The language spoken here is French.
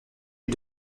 lui